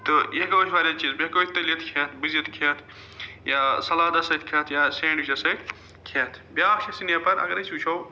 تہٕ یہِ ہٮ۪کو أسۍ واریاہ یہِ ہٮ۪کو أسۍ تٔلِتھ کھٮ۪تھ بٕزِتھ کھٮ۪تھ یا سَلاتَس سۭتۍ کھٮ۪تھ یا سینٛڈوِچَس سۭتۍ کھٮ۪تھ بیٛاکھ چھِ سٕنیپَر اگر أسۍ وٕچھو